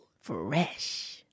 fresh